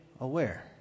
aware